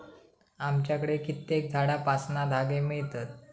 आमच्याकडे कित्येक झाडांपासना धागे मिळतत